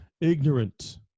ignorant